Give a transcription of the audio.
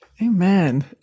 Amen